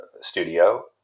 studio